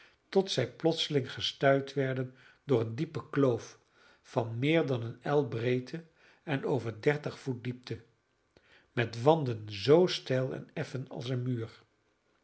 tot zij plotseling gestuit werden door eene diepe kloof van meer dan eene el breedte en over de dertig voet diepte met wanden zoo steil en effen als een muur